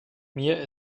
mir